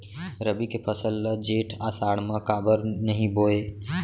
रबि के फसल ल जेठ आषाढ़ म काबर नही बोए?